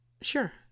sure